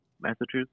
massachusetts